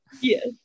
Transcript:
yes